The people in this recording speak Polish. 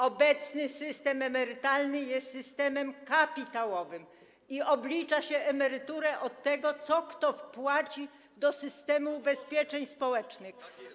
Obecny system emerytalny jest systemem kapitałowym i oblicza się emeryturę od tego, co kto wpłaci do systemu ubezpieczeń społecznych.